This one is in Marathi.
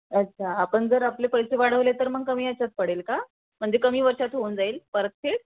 अच्छा आपण जर आपले पैसे वाढवले तर मग कमी याच्यात पडेल का म्हणजे कमी वर्षात होऊन जाईल परतफेड